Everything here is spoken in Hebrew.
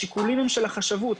השיקולים הם של החשבות.